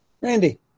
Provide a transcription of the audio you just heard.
Randy